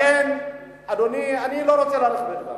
לכן, אדוני, אני לא רוצה להאריך בדברי,